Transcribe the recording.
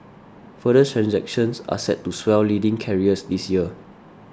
further transactions are set to swell leading carriers this year